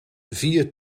vier